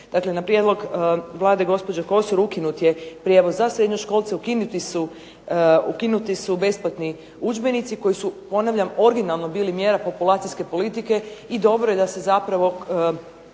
dakle na prijedlog Vlade gospođe Kosor ukinut je prijevoz za srednjoškolce, ukinuti su besplatni udžbenici koji su ponavljam originalno bili mjera populacijske politike i dobro je da se zapravo